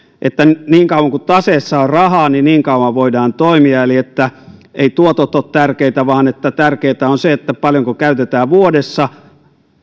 että niin kauan kuin taseessa on rahaa niin niin kauan voidaan toimia eli että eivät tuotot ole tärkeitä vaan tärkeätä on se paljonko käytetään vuodessa